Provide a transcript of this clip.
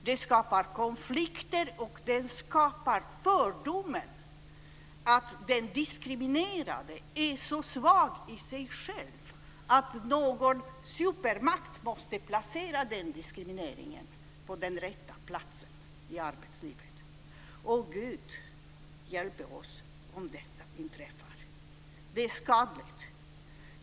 Det skapar konflikter, och det skapar fördomen att den diskriminerade är så svag i sig själv att någon supermakt måste placera den diskriminerade på den rätta platsen i arbetslivet. Gud hjälpe oss om detta inträffar. Det är skadligt.